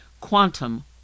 Quantum